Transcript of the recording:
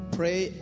pray